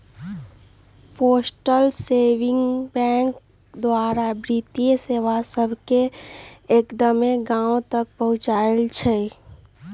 postal saving bank द्वारा वित्तीय सेवा सभके एक्दम्मे गाँव तक पहुंचायल हइ